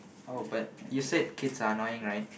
oh but you said kids are annoying right